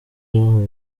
bahawe